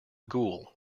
ghoul